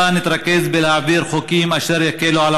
הבה נתרכז בלהעביר חוקים אשר יקלו על